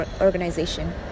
organization